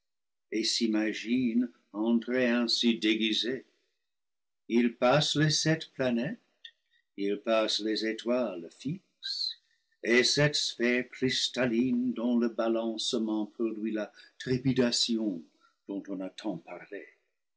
et s'imaginent entrer ainsi déguisés ils passent les sept planètes ils passent les étoiles fixes et cette sphère cristalline dont le balancement produit la trépidation dont on a tant parlé